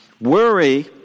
Worry